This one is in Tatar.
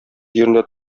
җирендә